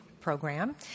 program